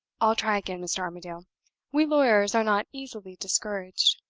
i'll try again, mr. armadale we lawyers are not easily discouraged.